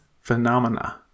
phenomena